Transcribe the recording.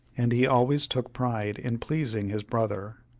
and he always took pride in pleasing his brother.